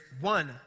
one